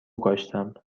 کاشتم